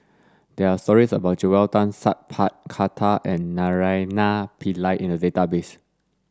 there are stories about Joel Tan Sat Pal Khattar and Naraina Pillai in the Database